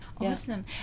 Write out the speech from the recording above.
Awesome